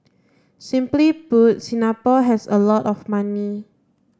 simply put Singapore has a lot of money